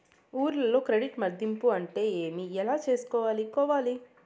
ఊర్లలో క్రెడిట్ మధింపు అంటే ఏమి? ఎలా చేసుకోవాలి కోవాలి?